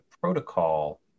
protocol